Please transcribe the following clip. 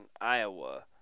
iowa